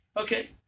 Okay